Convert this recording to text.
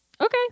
Okay